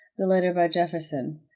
the latter by jefferson.